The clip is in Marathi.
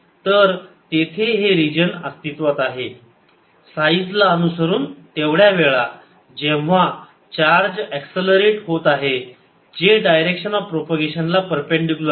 तर तेथे हे रिजन अस्तित्वात आहे साईज ला अनुसरून तेवढ्या वेळा जेव्हा चार्ज ऍक्ससलरेट होत आहे जे डायरेक्शन ऑफ प्रोपागेशन ला परपेंडिकुलर आहे